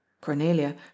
Cornelia